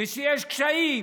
ושיש קשיים,